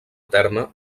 terme